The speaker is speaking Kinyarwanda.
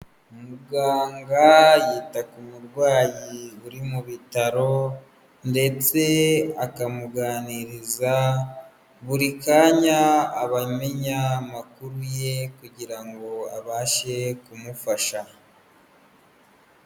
Umuganga yita ku burwayi uri mu bitaro ndetse akamuganiriza, buri kanya aba amenya amakuru ye kugira ngo abashe kumufasha.